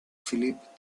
philip